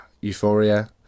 euphoria